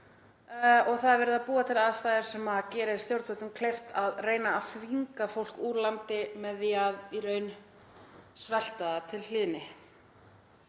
og það er verið að búa til aðstæður sem gerir stjórnvöldum kleift að reyna að þvinga fólk úr landi með því í raun að svelta það til hlýðni.